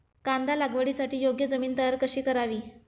कांदा लागवडीसाठी योग्य जमीन तयार कशी करावी?